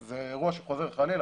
זה אירוע שחוזה על עצמו.